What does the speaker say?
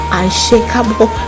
unshakable